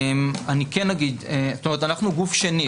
אני כן אגיד, אנחנו גוף שני.